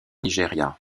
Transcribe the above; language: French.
nigeria